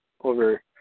over